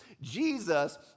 Jesus